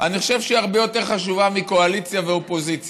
אני חושב שהיא הרבה יותר חשובה מקואליציה ואופוזיציה,